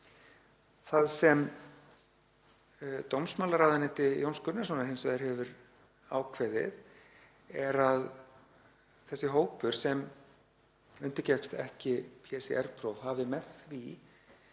Það sem dómsmálaráðuneyti Jóns Gunnarssonar hefur hins vegar ákveðið er að þessi hópur sem undirgekkst ekki PCR-próf hafi með því